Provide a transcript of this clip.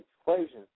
equation